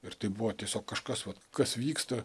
ir tai buvo tiesiog kažkas vat kas vyksta